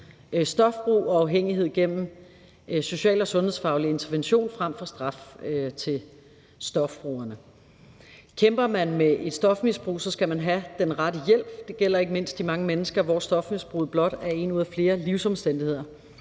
stofbrug og afhængighed igennem social og sundhedsfaglig intervention frem for straf til stofbrugerne. Kæmper man med et stofmisbrug, skal man have den rette hjælp. Det gælder ikke mindst de mange mennesker, for hvem stofmisbruget blot er en ud af flere livsomstændigheder.